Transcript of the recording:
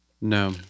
No